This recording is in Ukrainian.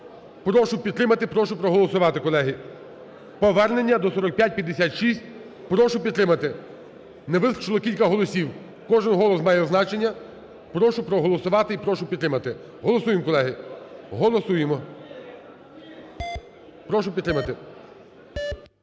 Прошу підтримати. Прошу проголосувати, колеги. Повернення до 4556 прошу підтримати. Не вистачило кілька голосів, кожен голос має значення. Прошу проголосувати. Прошу підтримати. Голосуєм, колеги. Голосуємо. Прошу підтримати.